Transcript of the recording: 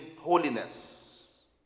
holiness